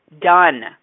done